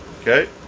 Okay